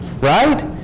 Right